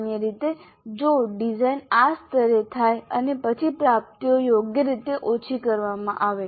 સામાન્ય રીતે જો ડિઝાઇન આ સ્તરે થાય અને પછી પ્રાપ્તિઓ યોગ્ય રીતે ઓછી કરવામાં આવે